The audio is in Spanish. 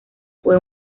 fue